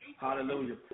Hallelujah